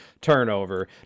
Turnover